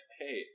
hey